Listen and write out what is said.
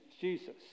Jesus